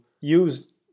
use